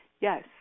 Yes